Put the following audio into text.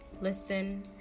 listen